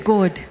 God